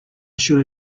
should